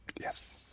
Yes